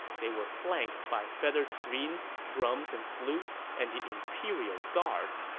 they were flanked by feather screens, drums and flutes, and the imperial guard.